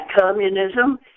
communism